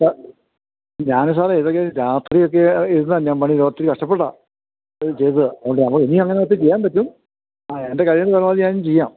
സ ഞാനേ സാറേ ഇതൊക്കെ രാത്രിയൊക്കെ ഇരുന്നാണ് ഞാന് പണി ഒത്തിരി കഷ്ട്ടപ്പെട്ടാണ് ഇത് ചെയ്തത് അതുകൊണ്ട് അപ്പോൾ ഇനി അങ്ങനൊക്കെ ചെയ്യാന് പറ്റും ആ എന്റെ കഴിവിന്റെ പരമാവധി ഞാന് ചെയ്യാം